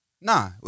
Nah